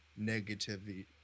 negativity